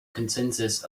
consensus